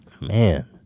Man